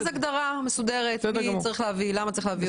הגדרה מסודרת לגבי מי שצריך להביא ולמה צריך להביא.